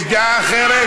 יש דעה אחרת?